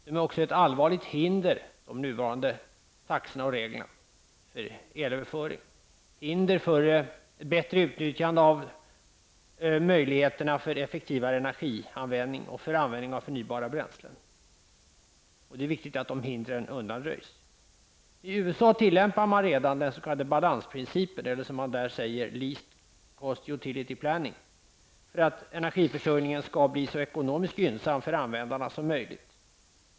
De nuvarande reglerna och taxorna är också ett allvarligt hinder för elöverföring och för bättre utnyttjande av möjligheterna för effektivare energianvändning och användning av förnybara bränslen. Det är viktigt att dessa hinder undanröjs. I USA tillämpar man redan den s.k. balansprincipen, least cost utility planning, för att energiförsörjningen skall bli så ekonomiskt gynnsam för användarna som möjligt.